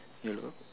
hello